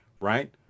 right